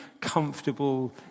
comfortable